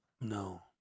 No